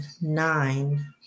nine